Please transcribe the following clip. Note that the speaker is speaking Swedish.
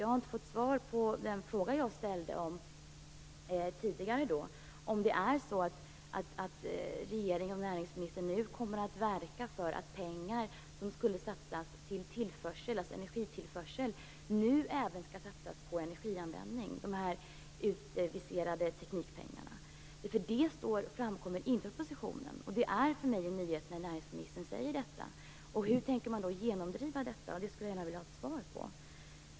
Jag har inte fått svar på min tidigare ställda fråga om näringsministern och regeringen nu kommer att verka för att de aviserade teknikpengar som skulle satsas på energitillförsel nu även skall satsas på energianvändning. Det framgår inte av propositionen. Det är för mig en nyhet när näringsministern säger detta. Jag skulle gärna vilja få ett svar på frågan hur man tänker genomdriva detta.